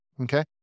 Okay